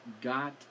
got